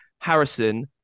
Harrison